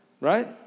right